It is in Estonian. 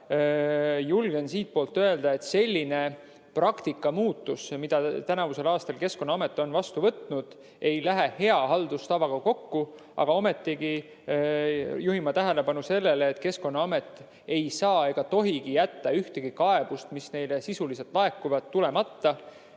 Julgen öelda, et selline praktika muutus, mida tänavusel aastal Keskkonnaamet on vastu võtnud, ei lähe hea halduse tavaga kokku. Aga ometi juhin ma tähelepanu sellele, et Keskkonnaamet ei saa ega tohigi jätta ühelegi kaebusele, mis neile sisuliselt laekub, reageerimata.